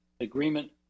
agreement